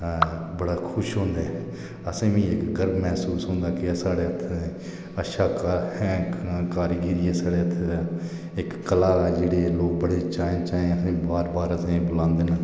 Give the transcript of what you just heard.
बड़ा खुश होंदा ऐ असें बी इक गर्व महसूस होंदा ऐ कि साढ़े हत्थें दा अच्छा शैल कारीगिरी ऐ साढ़े हत्थें दी इक कला आहले लोक जेहड़े बड़े चाहे चाहे जेहड़े बार बार असें गी बलांदे न